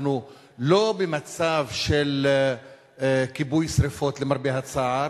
אנחנו לא במצב של כיבוי שרפות, למרבה הצער,